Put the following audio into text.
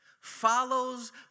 follows